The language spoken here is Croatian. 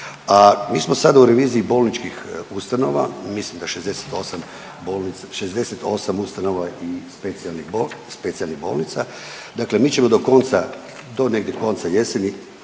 Mi smo sada u reviziji bolničkih ustanova, mislim da 68 bolnica, 68 ustanova i specijalnih bolnica, dakle mi ćemo do konca, do negdje konca jeseni